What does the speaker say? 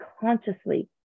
consciously